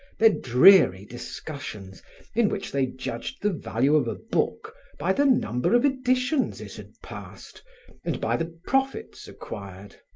their dreary discussions in which they judged the value of a book by the number of editions it had passed and by the profits acquired.